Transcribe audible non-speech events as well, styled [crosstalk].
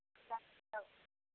[unintelligible]